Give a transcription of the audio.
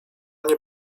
nie